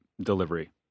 delivery